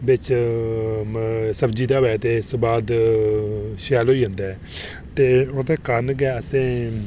जेल्लै बिच सब्जी दे होऐ ते उस दे बाद शैल होी जंदा ते ओह्दे कारण गै असें